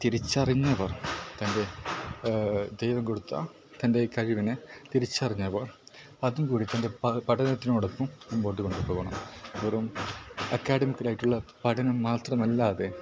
തിരിച്ചറിഞ്ഞവർ തൻ്റെ ദൈവം കൊടുത്ത തൻ്റെ കഴിവിനെ തിരിച്ചറിഞ്ഞവർ അതും കൂടി തൻ്റെ പഠനത്തിനോടൊപ്പം മുമ്പോട്ട് കൊണ്ട് പോകണം വെറും അക്കാഡമിക്കലായിട്ടുള്ള പഠനം മാത്രമല്ലാതെ